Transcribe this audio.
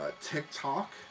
TikTok